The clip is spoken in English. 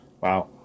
Wow